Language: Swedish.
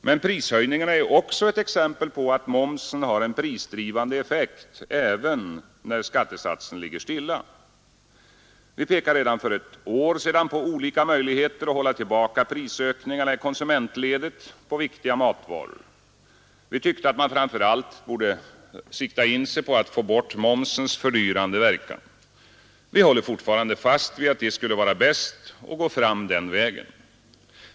Men prishöjningarna är också ett exempel på att momsen har en prisdrivande effekt även när skattesatsen ligger stilla. Vi pekade redan för ett år sedan på olika möjligheter att hålla tillbaka prisökningarna i konsumentledet på viktiga matvaror. Vi tyckte att man framför allt borde sikta in sig på att få bort momsens fördyrande verkan. Vi håller fortfarande fast vid att det skulle vara bäst att gå fram den vägen.